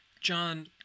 John